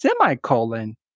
semicolon